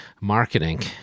marketing